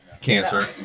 Cancer